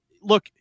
look